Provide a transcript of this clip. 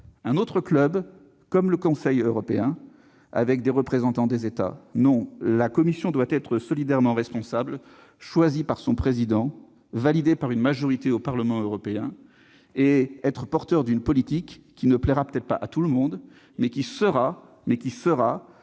un autre club, comme le Conseil européen, réunissant des représentants des États. Non ! La Commission doit être solidairement responsable, choisie par son président, validée par une majorité au Parlement européen et porteuse d'une politique qui ne plaira peut-être pas à tout le monde, mais qui sera le choix de